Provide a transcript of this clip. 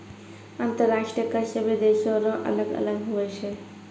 अंतर्राष्ट्रीय कर सभे देसो रो अलग अलग हुवै छै